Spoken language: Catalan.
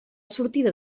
sortida